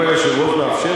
אם היושב-ראש מאפשר,